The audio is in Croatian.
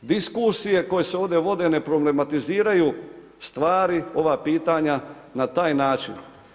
Diskusije koje se ovdje vode ne problematiziraju stvari, ova pitanja na taj način.